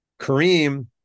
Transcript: Kareem